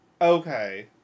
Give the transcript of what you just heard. Okay